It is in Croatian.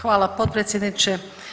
Hvala potpredsjedniče.